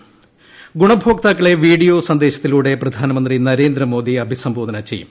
കർമ്മം ഗുണഭോക്താക്കളെ വീഡിയോ സന്ദേശത്തിലൂടെ പ്രധാനമന്ത്രി നരേന്ദ്രമോദി അഭിസംബോധന ചെയ്യു